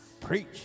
Preach